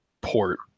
port